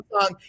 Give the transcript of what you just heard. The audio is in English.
song